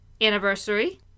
anniversary